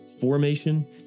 formation